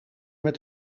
met